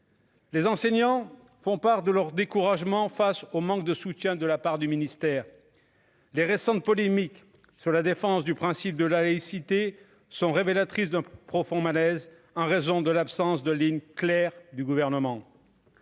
les enseignants font part de leur découragement face au manque de soutien de la part du ministère, les récentes polémiques sur la défense du principe de la laïcité sont révélatrices d'un profond malaise en raison de l'absence de ligne claire du gouvernement